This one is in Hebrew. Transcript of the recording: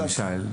שאין לו אינטרנט.